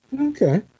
Okay